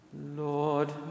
Lord